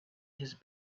his